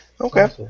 Okay